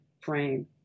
frame